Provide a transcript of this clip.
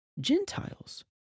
Gentiles